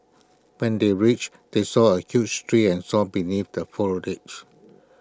when they reached they saw A huge tree and saw beneath the foliage